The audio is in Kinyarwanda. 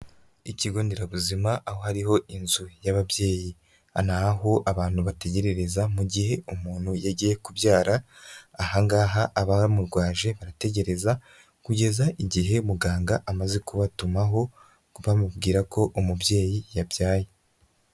Ikigo nderabuzima, aho hariho inzu y'ababyeyi, n'aho abantu bategerereza mu gihe umuntu yagiye kubyara, aha ngaha abamurwaje barategereza kugeza igihe muganga amaze kubatumaho, bamubwira ko umubyeyi yabyaye.